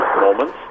moments